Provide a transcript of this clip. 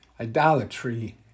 idolatry